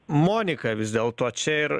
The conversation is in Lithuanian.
monika vis dėlto čia ir